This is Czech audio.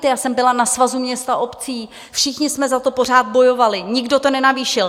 Já jsem byla na Svazu měst a obcí, všichni jsme za to pořád bojovali, nikdo to nenavýšil.